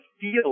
feel